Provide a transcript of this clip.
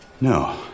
No